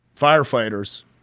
firefighters